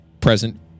present